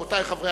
השר יצחק